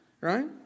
right